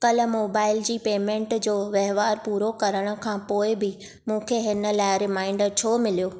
कल मोबाइल जी पेमेंट जो वहिंवार पूरो करण खां पोइ बि मूंखे इन लाइ रिमाइंडरु छो मिलियो